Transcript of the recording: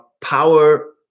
power